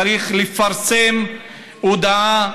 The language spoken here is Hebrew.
צריך לפרסם הודעה,